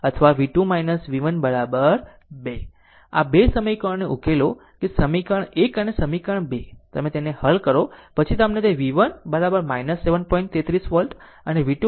આમ આ 2 સમીકરણને ઉકેલો કે સમીકરણ 1 અને સમીકરણ 2 તમે તેને હલ કરો પછી તમને તે v1 7